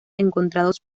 encontrados